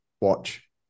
watch